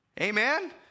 Amen